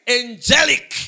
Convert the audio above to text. angelic